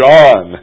John